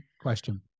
question